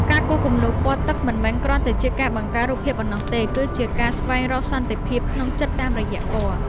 ការគូរគំនូរពណ៌ទឹកមិនមែនគ្រាន់តែជាការបង្កើតរូបភាពប៉ុណ្ណោះទេ គឺជាការស្វែងរកសន្តិភាពក្នុងចិត្តតាមរយៈពណ៌។